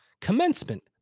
Commencement